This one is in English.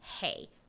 hey